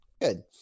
good